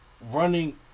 running